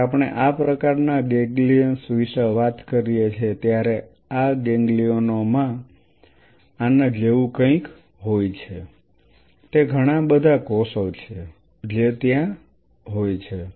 જ્યારે આપણે આ પ્રકારના ગેંગલિઅન્સ વિશે વાત કરીએ છીએ ત્યારે આ ગેંગલિયનોમાં આના જેવું કંઈક હોય છે તે ઘણા બધા કોષો છે જે ત્યાં બેઠા છે